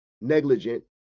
negligent